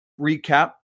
recap